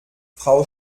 frau